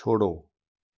छोड़ो